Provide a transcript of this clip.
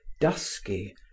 dusky